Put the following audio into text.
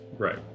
Right